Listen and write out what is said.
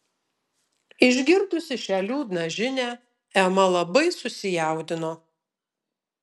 išgirdusi šią liūdną žinią ema labai susijaudino